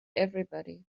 everybody